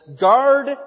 guard